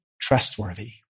trustworthy